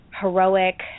heroic